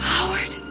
Howard